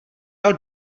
dal